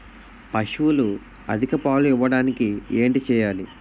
పశువులు అధిక పాలు ఇవ్వడానికి ఏంటి చేయాలి